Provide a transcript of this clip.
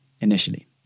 initially